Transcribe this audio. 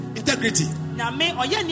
integrity